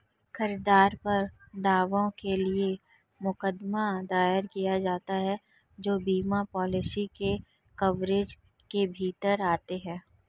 खरीदार पर दावों के लिए मुकदमा दायर किया जाता है जो बीमा पॉलिसी के कवरेज के भीतर आते हैं